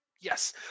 Yes